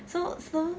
so so